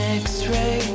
x-ray